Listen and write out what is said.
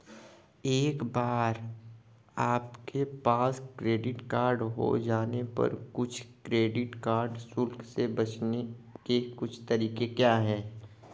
एक बार आपके पास क्रेडिट कार्ड हो जाने पर कुछ क्रेडिट कार्ड शुल्क से बचने के कुछ तरीके क्या हैं?